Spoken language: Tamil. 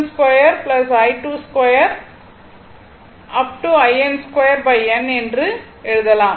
in 2 n என்று எழுதலாம்